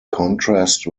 contrast